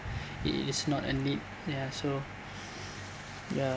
it is not a need ya so ya